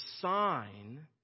sign